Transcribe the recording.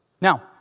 Now